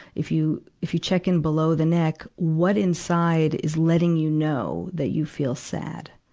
if you, if you check in below the neck, what inside is letting you know that you feel sad?